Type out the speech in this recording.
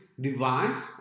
device